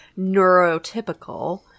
neurotypical